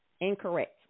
incorrect